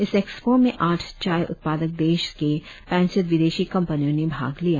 इस एक्सपो में आठ चाय उत्पादक देश के पैंसठ विदेशी कंपनियों ने भाग लिया